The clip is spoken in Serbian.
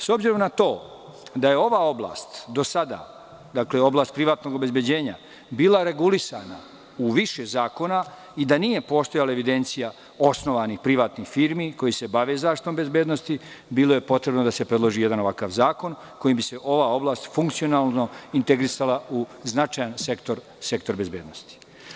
S obzirom na to da je ova oblast do sada, oblast privatnog obezbeđenja, bila regulisana u više zakona i da nije postojala evidencija osnovanih privatnih firmi koje se bave zaštitom bezbednosti, bilo je potrebno da se predloži jedan ovakav zakon, kojim bi se ova oblast funkcionalno integrisala u značajan sektor, sektor bezbednosti.